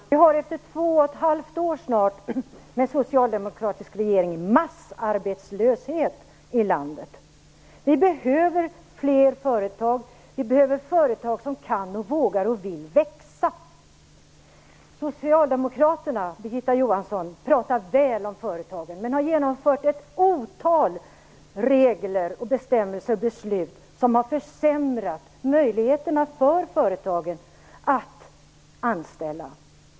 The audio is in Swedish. Fru talman! Vi har efter snart två och ett halvt år med socialdemokratisk regering massarbetslöshet i landet. Vi behöver fler företag. Vi behöver företag som kan, vågar och vill växa. Socialdemokraterna och Birgitta Johansson pratar väl om företagen, men har genomfört ett otal regler, bestämmelser och beslut som har försämrat möjligheterna för företagen att anställa.